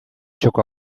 txoko